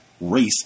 race